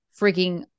freaking